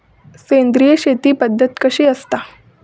सेंद्रिय शेती पद्धत कशी असता?